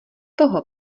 toho